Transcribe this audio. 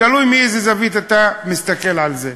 תלוי מאיזו זווית אתה מסתכל על זה.